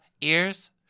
ears